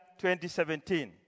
2017